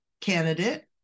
candidate